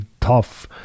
tough